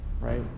right